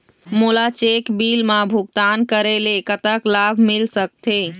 मोला cheque bill मा भुगतान करेले कतक लाभ मिल सकथे?